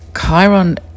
chiron